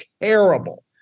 terrible